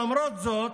למרות זאת